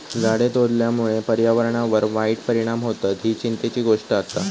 झाडे तोडल्यामुळे पर्यावरणावर वाईट परिणाम होतत, ही चिंतेची गोष्ट आसा